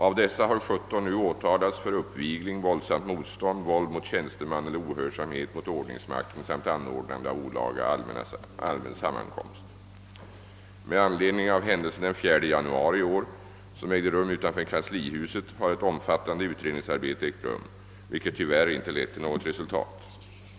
Av dessa har 17 nu åtalats för uppvigling, våldsamt motstånd, våld mot tjänsteman eller ohörsamhet mot ordningsmakten samt anordnande av olaga allmän sammankomst. Med anledning av händelsen den 4 januari i år, som ägde rum utanför kanslihuset, har ett omfattande utredningsarbete ägt rum, vilket tyvärr inte lett till något resultat.